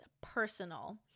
personal